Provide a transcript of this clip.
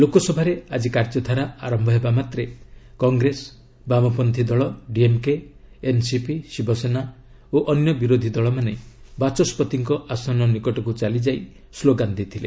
ଲୋକସଭାରେ ଆଜି କାର୍ଯ୍ୟଧାରା ଆରମ୍ଭ ହେବା ମାତ୍ରେ କଂଗ୍ରେସ ବାମପନ୍ଥୀ ଦଳ ଡିଏମ୍କେ ଏନ୍ସିପି ଶିବସେନା ଓ ଅନ୍ୟ ବିରୋଧୀ ଦଳମାନେ ବାଚସ୍କତିଙ୍କ ଆସନ ନିକଟକୁ ଚାଲିଯାଇ ସ୍କୋଗାନ ଦେଇଥିଲେ